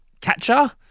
catcher